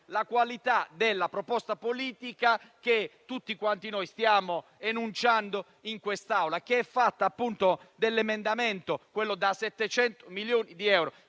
La qualità della proposta politica, che tutti quanti noi stiamo enunciando in quest'Aula, è mostrata dall'emendamento da 700 milioni di euro